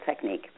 technique